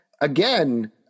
again